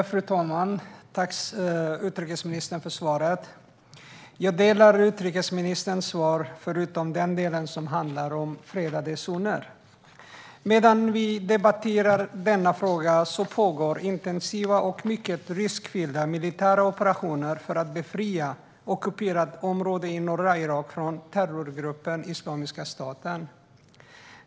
Fru talman! Tack för svaret, utrikesministern! Jag delar vad utrikesministern säger i sitt svar förutom i den del som handlar om fredade zoner. Medan vi debatterar denna fråga pågår intensiva och mycket riskfyllda militära operationer för att befria ockuperat område i norra Irak från terrorgruppen Islamiska staten.